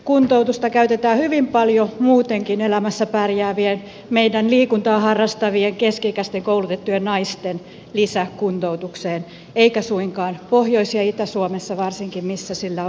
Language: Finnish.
kuntoutusta käytetään hyvin paljon muutenkin elämässä pärjäävien meidän liikuntaa harrastavien keski ikäisten koulutettujen naisten lisäkuntoutukseen eikä suinkaan pohjois ja itä suomessa missä sillä varsinkin olisi paljon kysyntää